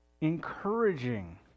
encouraging